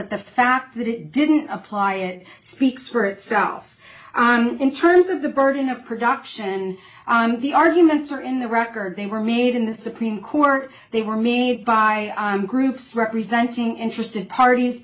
but the fact that it didn't apply it speaks for itself in terms of the burden of production the arguments are in the record they were made in the supreme court they were made by groups representing interested parties